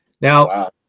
Now